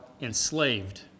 enslaved